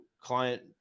client